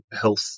health